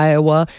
Iowa